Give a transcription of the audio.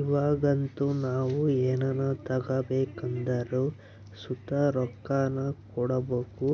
ಇವಾಗಂತೂ ನಾವು ಏನನ ತಗಬೇಕೆಂದರು ಸುತ ರೊಕ್ಕಾನ ಕೊಡಬಕು,